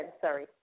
sorry